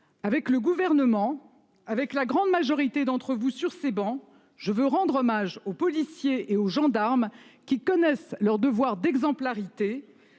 Avec le Gouvernement, avec la grande majorité d'entre vous sur ces travées, je veux rendre hommage aux policiers et aux gendarmes, qui connaissent leur devoir d'exemplarité